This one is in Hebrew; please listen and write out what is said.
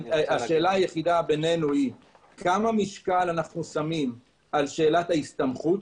השאלה היחידה בינינו היא כמה משקל אנחנו שמים על שאלת ההסתמכות,